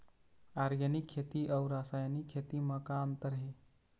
Organic खेती अउ रासायनिक खेती म का अंतर हे?